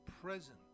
present